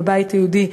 הבית היהודי,